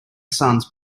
sons